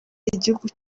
igihugu